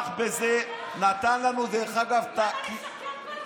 אבל מר לפיד, זה לא מעניין אותו.